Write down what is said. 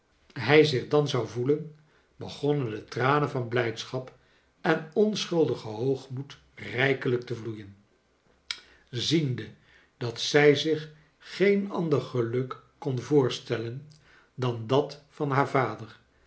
hij zich dan zou voelen begonnen de tranen van blijdschap en onschuldigen hoogmoed rijkelijk te vloeien ziende dat zij zich geen ander geluk kon voorstellen dan dat van liaar vader